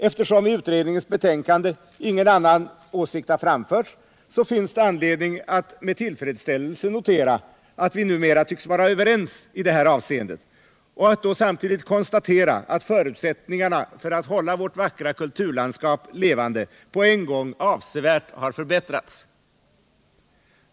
Eftersom i utredningens betänkande ingen annan åsikt har framförts finns det anledning att med tillfredsställelse notera att vi numera tycks vara överens i detta avseende och att samtidigt konstatera att förutsättningarna för att hålla vårt vackra kulturlandskap levande på en gång avsevärt har förbättrats.